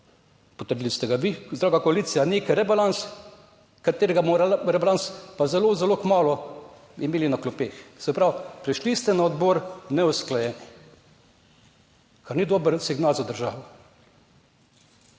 potrdili ste ga vi, draga koalicija, nek rebalans, katerega bomo rebalans pa zelo, zelo kmalu imeli na klopeh. Se pravi, prišli ste na odbor neusklajeni, kar ni dober signal za državo.